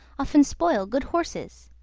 often spoil good horses,